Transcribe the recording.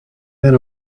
then